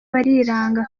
bariranga